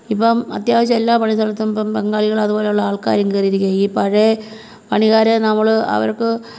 ഇപ്പം അത്യാവശ്യം എല്ലാ പണിസ്ഥലത്തും ഇപ്പം ബംഗാളികൾ അതുപോലുള്ള ആൾക്കാരും കയറിയിരിക്കുക ഈ പഴയ പണിക്കാരെ നമ്മൾ അവർക്ക്